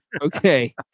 Okay